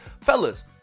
fellas